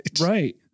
Right